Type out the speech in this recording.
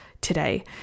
today